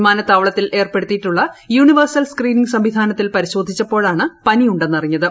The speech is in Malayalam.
വിമാനത്താവളത്തിൽ ഏർപ്പെടുത്തിയിട്ടുള്ള യൂണിവേഴ്സൽ സ്ക്രീനിംഗ് സംവിധാനത്തിൽ പരിശോധിച്ചപ്പോഴാണ് പനി ഉണ്ടെന്നറിഞ്ഞത്